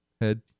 head